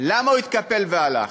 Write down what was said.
למה הוא התקפל והלך?